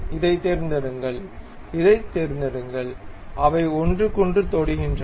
இதைத் தேர்ந்தெடுங்கள் இதைத் தேர்ந்தெடுங்கள் அவை ஒன்றுக்கொன்று தொடுகின்றன